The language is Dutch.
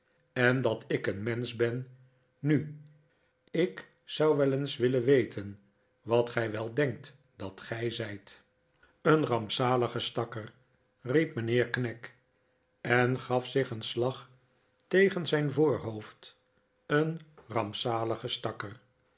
en dat ik een mensch ben nu ik zou wel eens willen weten wat gij wel denkt dat gij zijt een rampzalige stakker riep mijnheer knag en gaf zich een slag tegen zijn voorhoofd een rampzalige stakker